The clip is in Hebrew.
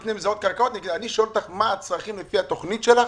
אני אקנה בזה עוד קרקעות אני שואל אותך מה הצרכים לפי התוכנית שלך,